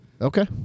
Okay